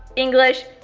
english,